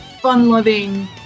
fun-loving